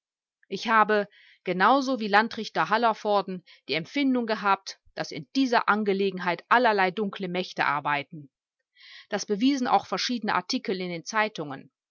ich habe genau so wie landrichter hallervorden die empfindung gehabt daß in dieser angelegenheit allerlei dunkle mächte arbeiten das bewiesen auch verschiedene schiedene artikel in den zeitungen